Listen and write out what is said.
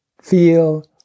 feel